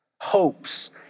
hopes